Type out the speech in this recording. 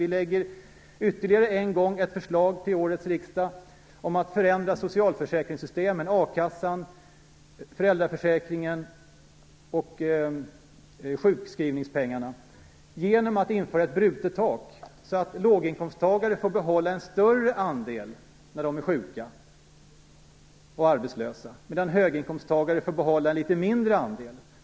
Vi lägger ytterligare en gång ett förslag till årets riksdag om att förändra socialförsäkringssystemen, a-kassan, föräldraförsäkringen och sjukskrivningspengarna, genom att införa ett brutet tak, så att låginkomsttagare får behålla en större andel när de är sjuka och när de är arbetslösa, medan höginkomsttagare får behålla en litet mindre andel.